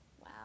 Wow